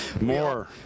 More